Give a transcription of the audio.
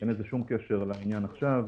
אין לזה שום קשר לעניין עכשיו.